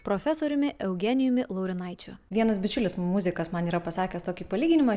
profesoriumi eugenijumi laurinaičiu vienas bičiulis muzikas man yra pasakęs tokį palyginimą